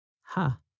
Ha